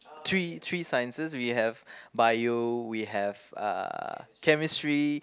three three Sciences we have Bio we have uh Chemistry